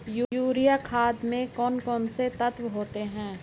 Urea खाद में कौन कौन से तत्व होते हैं?